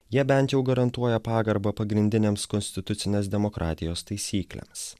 jie bent jau garantuoja pagarbą pagrindinėms konstitucinės demokratijos taisyklėms